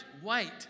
white